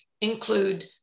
include